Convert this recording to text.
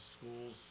schools